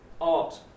art